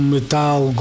Metal